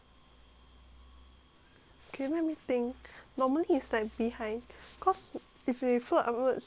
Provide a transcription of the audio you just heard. okay let me think normally is like behind cause if they float upwards it means is their behind